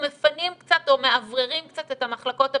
מפנים קצת או מאווררים קצת את המחלקות הפנימיות.